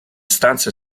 stanze